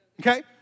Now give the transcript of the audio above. Okay